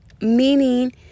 meaning